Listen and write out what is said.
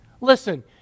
Listen